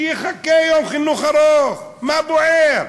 שיחכה יום חינוך ארוך, מה בוער?